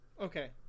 Okay